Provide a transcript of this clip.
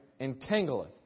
Entangleth